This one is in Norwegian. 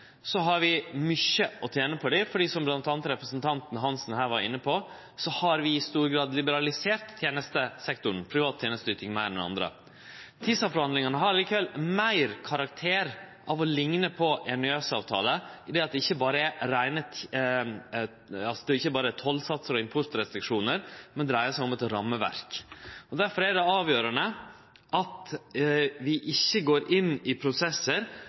har vi mykje å tene på dei, fordi vi, som bl.a. representanten Hansen her var inne på, i stor grad har liberalisert tenestesektoren og privat tenesteyting meir enn andre. TISA-forhandlingane har likevel meir karakter av å likne på ein ny EØS-avtale ved at dei ikkje berre dreier seg om tollsatsar og importrestriksjonar, men om eit rammeverk. Difor er det avgjerande at vi ikkje går inn i prosessar